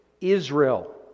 Israel